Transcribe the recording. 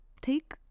Take